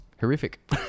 horrific